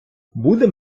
буде